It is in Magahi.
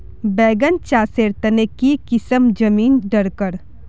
बैगन चासेर तने की किसम जमीन डरकर?